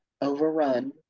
overrun